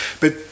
But-